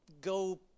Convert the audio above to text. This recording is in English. go